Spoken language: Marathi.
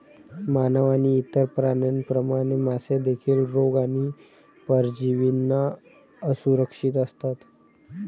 मानव आणि इतर प्राण्यांप्रमाणे, मासे देखील रोग आणि परजीवींना असुरक्षित असतात